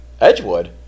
Edgewood